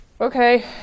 Okay